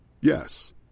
Yes